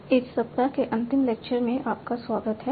ने इस सप्ताह के अंतिम लेक्चर में आपका स्वागत है